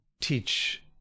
teach